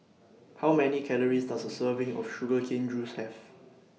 How Many Calories Does A Serving of Sugar Cane Juice Have